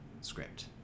script